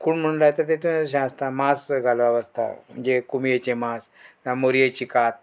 खूण म्हण लायता तेतून अशें आसता मास घालप आसता म्हणजे कुमियेचे मास वा मोरयेची कात